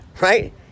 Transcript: right